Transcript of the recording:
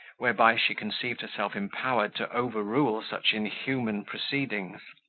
whereby she conceived herself empowered to overrule such inhuman proceedings,